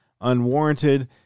unwarranted